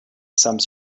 some